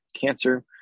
cancer